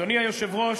אדוני היושב-ראש,